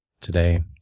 today